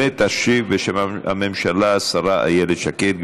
ותשיב בשם הממשלה השרה איילת שקד.